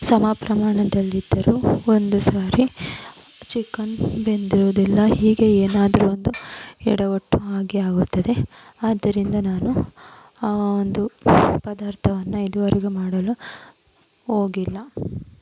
ಸಮ ಪ್ರಮಾಣದಲ್ಲಿದ್ದರೂ ಒಂದು ಸಾರಿ ಚಿಕನ್ ಬೆಂದಿರೋದಿಲ್ಲ ಹೀಗೆ ಏನಾದರೂ ಒಂದು ಎಡವಟ್ಟು ಆಗೇ ಆಗುತ್ತದೆ ಆದ್ದರಿಂದ ನಾನು ಆ ಒಂದು ಪದಾರ್ಥವನ್ನು ಇದುವರೆಗೂ ಮಾಡಲು ಹೋಗಿಲ್ಲ